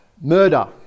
Murder